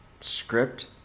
script